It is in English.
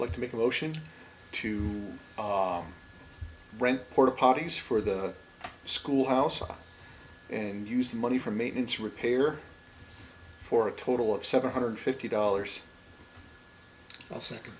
like to make a motion to rent porta potties for the schoolhouse and use the money for maintenance repair for a total of seven hundred fifty dollars a second